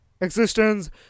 existence